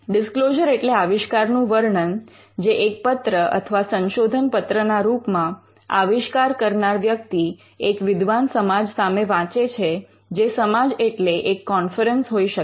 disclosure એટલે આવિષ્કારનું વર્ણન જે એક પત્ર અથવા સંશોધનપત્રના રૂપમાં આવિષ્કાર કરનાર વ્યક્તિ એક વિદ્વાન સમાજ સામે વાંચે છે જે સમાજ એટલે એક કોન્ફરન્સ હોઈ શકે